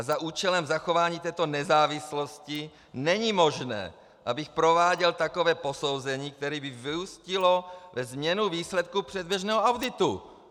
Za účelem zachování této nezávislosti není možné, abych prováděl takové posouzení, které by vyústilo ve změnu výsledku předběžného auditu.